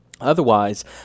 Otherwise